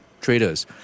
traders